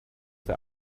der